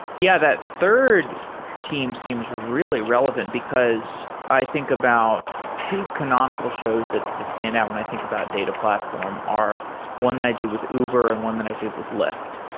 yeah, that third team seems really relevant, because i think about two canonical shows that that stand out when i think about data platform, are one that i did with uber and one that i did with lyft.